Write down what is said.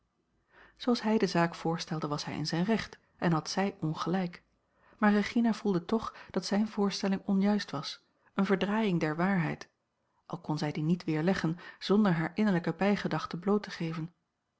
zooals hij de zaak voorstelde was hij in zijn recht en had zij ongelijk maar regina voelde toch dat zijne voorstelling onjuist a l g bosboom-toussaint langs een omweg was eene verdraaiing der waarheid al kon zij die niet weerleggen zonder hare innerlijke bijgedachte bloot te geven